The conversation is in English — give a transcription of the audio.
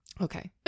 Okay